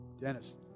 Dennis